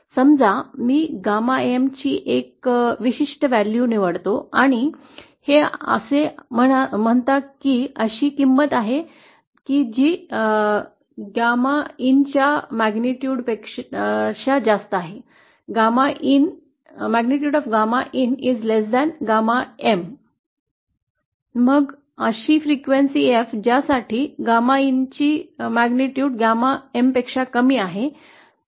समजा मी gamma M ची एक विशिष्ट व्हॅल्यू निवडतो आणि हे असे म्हणता ती अशी किंमत आहे की गॅमाच्या तीव्रतेचे मूल्य या गॅमा एम पेक्षा कमी आहे मग अशी एफ ज्यासाठी गामा इन ची तीव्रता गामा एम पेक्षा कमी आहे